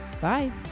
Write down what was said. bye